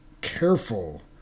careful